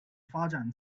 发展